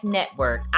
Network